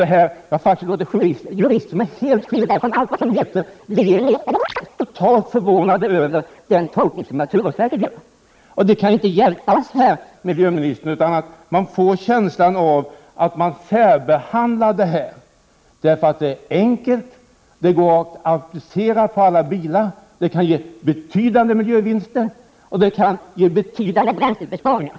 Jag har faktiskt bett jurister som är helt skilda från allt vad t.ex. Lemi heter att titta på detta, och de är mycket förvånade över den tolkning som naturvårdsverket gör. Det kan inte hjälpas, miljöministern, men man får en känsla av att detta ärende särbehandlas. Systemet är ju enkelt, och det här går att applicera på alla bilar. Dessutom kan man uppnå betydande vinster på miljöområdet och även betydande bränslebesparingar.